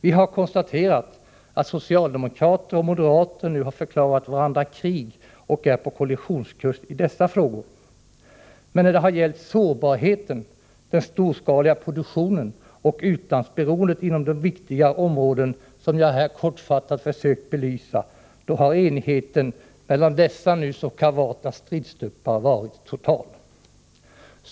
Vi har konstaterat att socialdemokrater och moderater nu har förklarat varandra krig och är på kollisionskurs i dessa frågor. Men när det har gällt sårbarheten, den storskaliga produktionen och utlandsberoendet inom de viktiga områden som jag här kortfattat har försökt att belysa, har enigheten mellan dessa nu så kavata stridstuppar varit total.